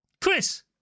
Chris